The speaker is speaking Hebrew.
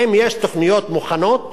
האם יש תוכניות מוכנות